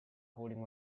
holding